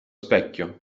specchio